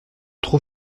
trop